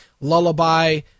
Lullaby